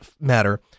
matter